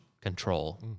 control